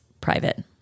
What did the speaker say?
private